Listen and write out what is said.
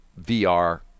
VR